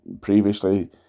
previously